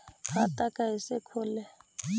खाता कैसे खोले?